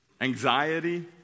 anxiety